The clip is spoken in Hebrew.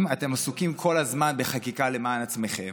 אם אתם עסוקים כל הזמן בחקיקה למען עצמכם,